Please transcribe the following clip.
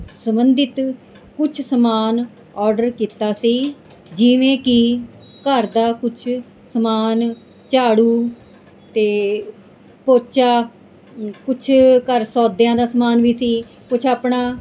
ਸੰਬੰਧਿਤ ਕੁਛ ਸਮਾਨ ਔਡਰ ਕੀਤਾ ਸੀ ਜਿਵੇਂ ਕਿ ਘਰ ਦਾ ਕੁਛ ਸਮਾਨ ਝਾੜੂ ਅਤੇ ਪੋਚਾ ਕੁਛ ਘਰ ਸੌਦਿਆਂ ਦਾ ਸਮਾਨ ਵੀ ਸੀ ਕੁਛ ਆਪਣਾ